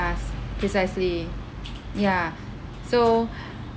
precisely ya so